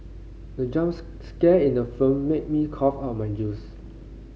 the jumps scare in the film made me cough out my juice